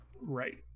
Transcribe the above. Right